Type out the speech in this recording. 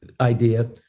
idea